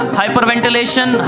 hyperventilation